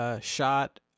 shot